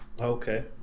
Okay